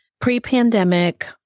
Pre-pandemic